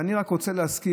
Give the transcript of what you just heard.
אבל אני רק רוצה להזכיר,